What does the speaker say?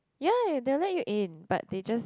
ya they will let you in but they just